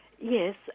Yes